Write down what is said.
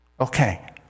Okay